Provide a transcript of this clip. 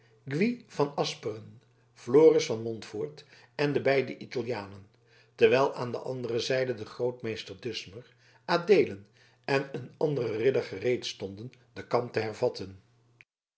van asperen floris van montfoort en de beide italianen terwijl aan de andere zijde de grootmeester dusmer adeelen en een andere ridder gereed stonden den kamp te hervatten